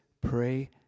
pray